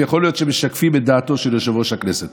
יכול להיות שהם משקפים את דעתו של יושב-ראש הכנסת.